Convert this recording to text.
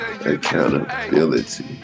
accountability